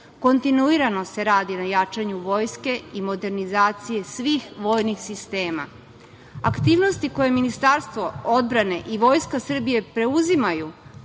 Kontinuirano se radi na jačanju Vojske i modernizaciji svih vojnih sistema. Aktivnost koje Ministarstvo odbrane i Vojska Srbije preuzimaju